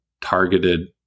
targeted